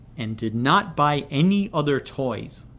and did not buy any other toys.